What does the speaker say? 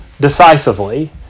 decisively